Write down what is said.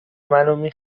منو